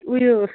उयो